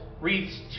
reads